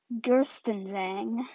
Gerstenzang